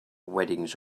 weddings